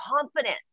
confidence